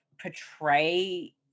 portray